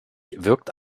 wirkt